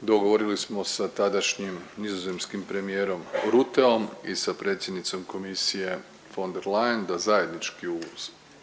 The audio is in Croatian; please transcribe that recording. Dogovorili smo sa tadašnjim nizozemskim premijerom Rutteom i sa predsjednicom komisije von der Leyen da zajednički posjetimo